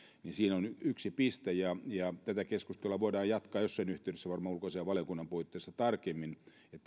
siinä on yksi piste ja ja tätä keskustelua voidaan jatkaa jossain yhteydessä varmaan ulkoasiainvaliokunnan puitteissa tarkemmin